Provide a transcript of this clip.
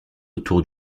autour